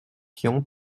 tian